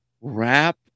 wrap